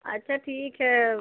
अच्छा ठीक है